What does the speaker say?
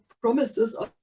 promises